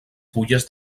fulles